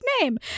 name